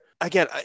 again